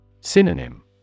Synonym